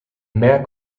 mehr